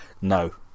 No